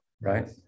right